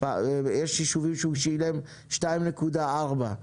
יש ישובים שהוא שילם 2.4 שקלים.